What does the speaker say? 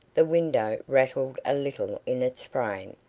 the window rattled a little in its frame,